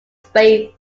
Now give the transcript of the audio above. space